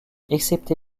excepté